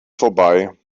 vorbei